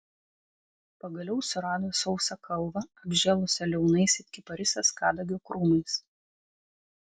pagaliau surado sausą kalvą apžėlusią liaunais it kiparisas kadagio krūmais